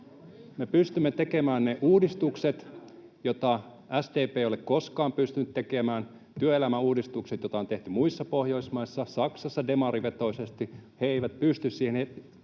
Me pystymme tekemään ne uudistukset, joita SDP ei ole koskaan pystynyt tekemään, työelämän uudistukset, joita on tehty muissa Pohjoismaissa, Saksassa demarivetoisesti. He eivät pysty siihen